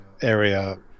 area